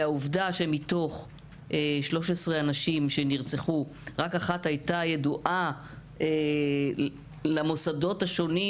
והעובדה שמתוך 13 הנשים שנרצחו רק אחת הייתה ידועה למוסדות השונים